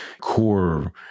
core